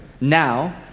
now